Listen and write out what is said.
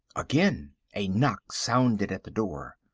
again a knock sounded at the door.